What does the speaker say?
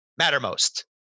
Mattermost